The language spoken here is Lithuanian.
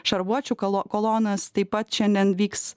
šarvuočių kolo kolonas taip pat šiandien vyks